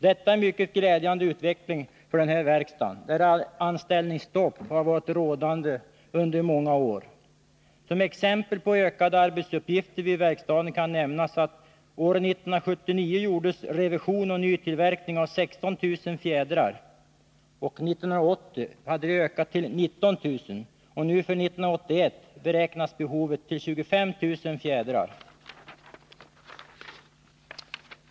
Detta är en mycket glädjande utveckling för den här verkstaden, där anställningsstopp varit rådande under många år. Som exempel på ökade arbetsuppgifter vid verkstaden kan nämnas att det år 1979 gjordes revision och nytillverkning av 16 000 fjädrar som 1980 ökade till 19 000, och för 1981 beräknas behovet till 25 000 fjädrar.